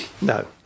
No